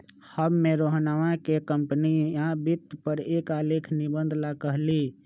हम्मे रोहनवा के कंपनीया वित्त पर एक आलेख निबंध ला कहली